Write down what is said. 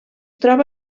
troba